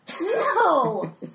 No